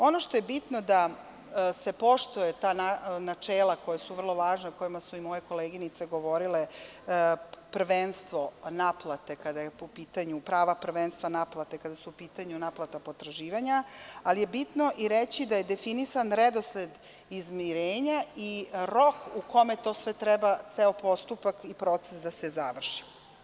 Ono što je bitno, da se poštuju ta načela koja su vrlo važna, o kojima su i moje koleginice govorile, prava prvenstva naplate, kada su u pitanju naplate potraživanja, ali je bitno i reći da je definisan redosled izmirenja i rok u kome ceo postupak i proces treba da se završi.